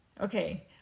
Okay